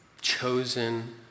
chosen